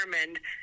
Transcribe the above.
determined